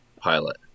pilot